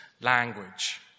language